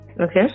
Okay